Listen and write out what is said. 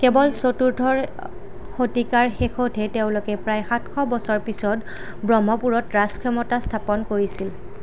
কেৱল চতুৰ্থৰ শতিকাৰ শেষতহে তেওঁলোকে প্ৰায় সাতশ বছৰ পিছত ব্ৰহ্মপুৰত ৰাজক্ষমতা স্থাপন কৰিছিল